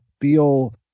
feel